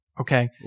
Okay